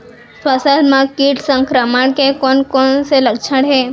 फसल म किट संक्रमण के कोन कोन से लक्षण हे?